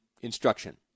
instruction